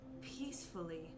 peacefully